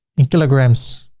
in kilograms,